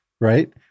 right